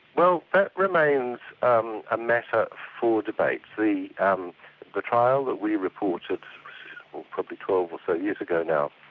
well, that remains um a matter for debate. the um the trial that we reported probably twelve or so years ago now,